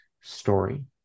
story